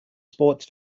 sports